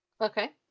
Okay